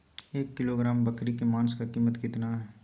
एक किलोग्राम बकरी के मांस का कीमत कितना है?